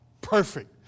perfect